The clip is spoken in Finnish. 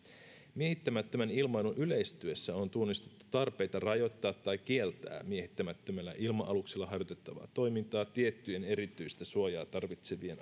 miehittämättömän ilmailun yleistyessä on tunnistettu tarpeita rajoittaa tai kieltää miehittämättömillä ilma aluksilla harjoitettavaa toimintaa tiettyjen erityistä suojaa tarvitsevien